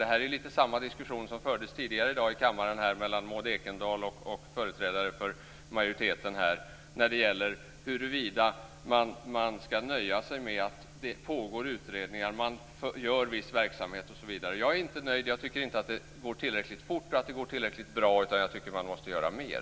Det här är lite samma diskussion som fördes tidigare i dag i kammaren mellan Maud Ekendahl och företrädare för majoriteten när det gäller huruvida man skall nöja sig med att det pågår utredningar, att man har en viss verksamhet osv. Jag är inte nöjd. Jag tycker inte att det går tillräckligt fort och tillräckligt bra. Jag tycker att man måste göra mer.